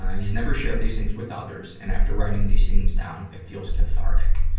he's never shared these things with others, and after writing these things down, it feels cathartic.